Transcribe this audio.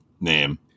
name